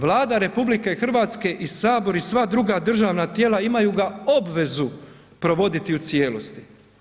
Vlada RH i Sabor i sva druga državna tijela imaju ga obvezu provoditi u cijelosti.